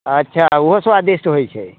अच्छा ओहो स्वादिष्ट होइ छै